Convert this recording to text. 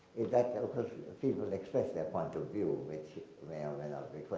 if that's people express their point of view, which may or may not be quite,